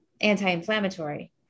anti-inflammatory